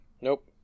Nope